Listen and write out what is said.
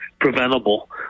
preventable